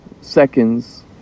seconds